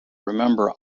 remember